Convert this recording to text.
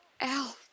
Al